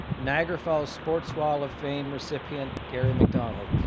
niagara falls sports wall of fame reipient gary macdonald.